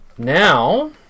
Now